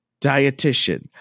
dietitian